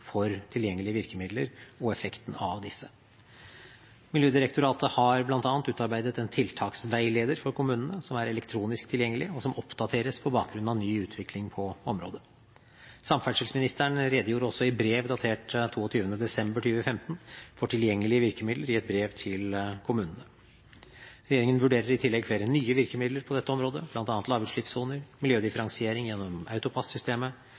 for tilgjengelige virkemidler og effekten av disse. Miljødirektoratet har bl.a. utarbeidet en tiltaksveileder for kommunene som er elektronisk tilgjengelig, og som oppdateres på bakgrunn av ny utvikling på området. Samferdselsministeren redegjorde også i et brev til kommunene datert 22. desember 2015 for tilgjengelige virkemidler. Regjeringen vurderer i tillegg flere nye virkemidler på dette området, bl.a. lavutslippssoner, miljødifferensiering gjennom